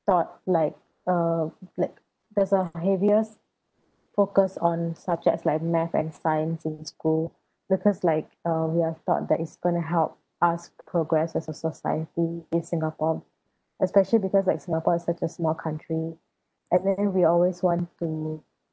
taught like uh like there's a heaviest focus on subjects like math and science in school because like uh we are taught that is going to help us progress as a society in singapore especially because like singapore is such a small country and then we always want to